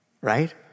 right